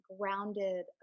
grounded